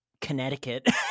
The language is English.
Connecticut